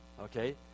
Okay